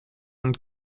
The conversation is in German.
und